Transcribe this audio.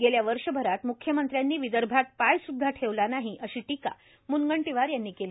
गेल्या वर्षभरात मुख्यमंत्र्यांनी विदर्भात पाय सुद्धा ठेवला नाही अशी टीका मुनगंटीवार यांनी केली